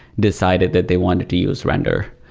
decided that they wanted to use render.